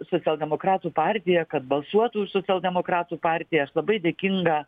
socialdemokratų partija kad balsuotų už socialdemokratų partiją aš labai dėkinga